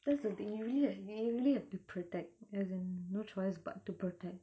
that's the thing you really have you really have to protect as in no choice but to protect